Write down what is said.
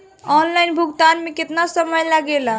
Online भुगतान में केतना समय लागेला?